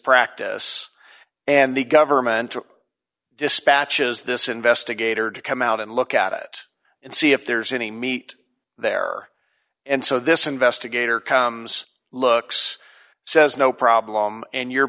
practice and the government dispatches this investigator to come out and look at it and see if there's any meat there and so this investigator comes looks says no problem and your